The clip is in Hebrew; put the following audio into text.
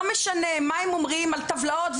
לא משנה מה הם אומרים על טבלאות,